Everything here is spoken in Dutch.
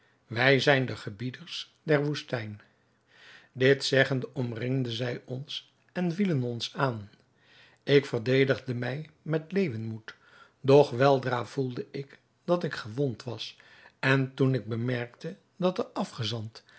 wij zijn de gebieders in deze woestijn dit zeggende omringden zij ons en vielen ons aan ik verdedigde mij met leeuwenmoed doch weldra voelde ik dat ik gewond was en toen ik bemerkte dat de afgezant